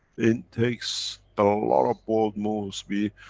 it takes a lot of bold moves, we,